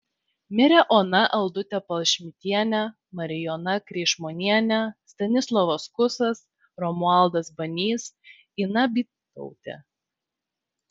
mirė ona aldutė palšmitienė marijona kreišmonienė stanislovas kusas romualdas banys ina bytautė